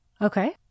Okay